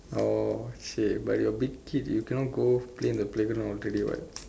oh !chey! but you're a big kid you cannot go play in the playground already what